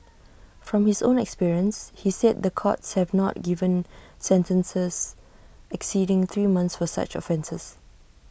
from his own experience he said the courts have not given sentences exceeding three months for such offences